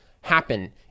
happen